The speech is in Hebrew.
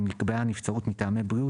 ואם נקבעה הנבצרות מטעמי בריאות,